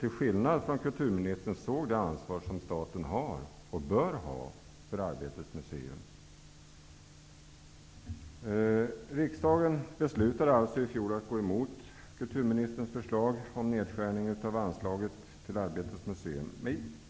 Till skillnad från kulturministern såg de det ansvar som staten har, och bör ha, för Arbetets museum. Riksdagen beslutade alltså i fjol att gå emot kulturministerns förslag om nedskärning av anslaget till Arbetets museum.